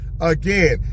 Again